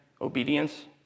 obedience